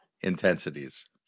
Intensities